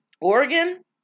Oregon